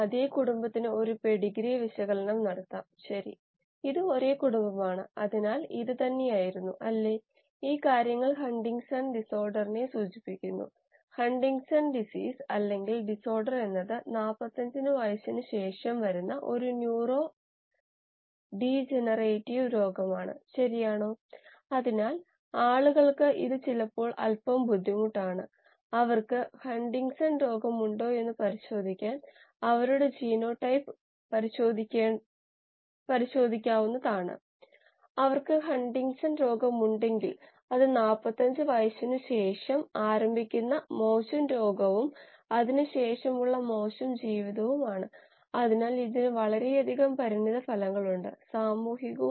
അതിനുമുമ്പ് നേരത്തെ സൂചിപ്പിച്ചതുപോലെ ഏതെങ്കിലും പദാർത്ഥത്തിന്റെ റിഡക്റ്റൻസിന്റെ അളവ് ബീജഗണിതത്തിൽ റിഡക്റ്റൻസിന്റെ അളവ് അതിന്റെ ഘടകങ്ങളുടെ റിഡക്റ്റൻസിന്റെ ഡിഗ്രി അതിന്റെ ഘടകങ്ങൾ എന്നിവ വഴി ലഭിക്കും